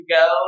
go